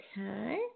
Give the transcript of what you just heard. Okay